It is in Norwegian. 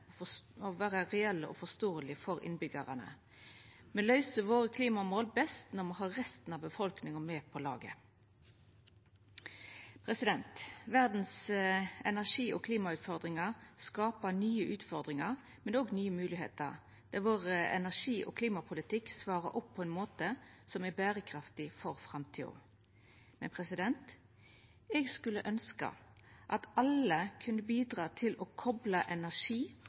og forståelege for innbyggjarane. Me løyser klimamåla våre best når me har resten av befolkninga med på laget. Energi- og klimautfordringane i verda skaper nye utfordringar, men òg nye moglegheiter der energi- og klimapolitikken vår svarer opp på ein måte som er berekraftig for framtida. Men eg skulle ønskja at alle kunne bidra til å kopla energi-